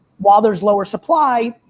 while there's lower supply,